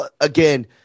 Again